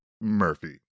Murphy